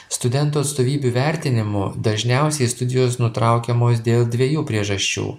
studentų atstovybių vertinimu dažniausiai studijos nutraukiamos dėl dviejų priežasčių